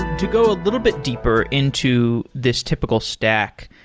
to go a little bit deeper into this typical stack.